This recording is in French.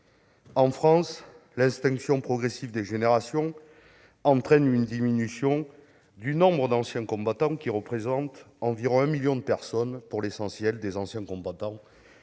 En France, l'extinction progressive des générations entraîne une diminution du nombre d'anciens combattants qui représentent environ un million de personnes, pour l'essentiel des anciens combattants